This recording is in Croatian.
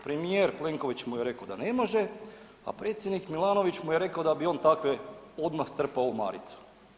Premijer Plenković mu je rekao da ne može, a predsjednik Milanović mu je rekao da bi on takve odmah strpao u maricu.